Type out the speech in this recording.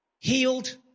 Healed